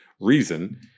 reason